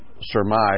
surmise